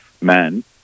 men